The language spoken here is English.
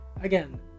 again